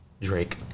Drake